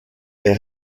est